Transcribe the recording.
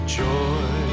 joy